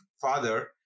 Father